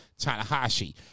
Tanahashi